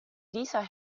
dieser